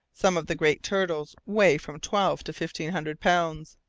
some of the great turtles weigh from twelve to fifteen hundred pounds.